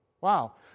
Wow